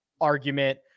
argument